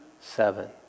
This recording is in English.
Seven